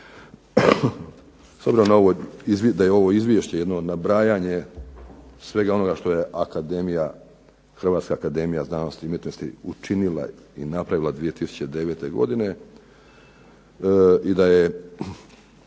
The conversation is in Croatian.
S obzirom da je ovo izvješće jedno od nabrajanja svega onoga što je akademija, Hrvatska akademija znanosti i umjetnosti učinila i napravila 2009. godine, i da je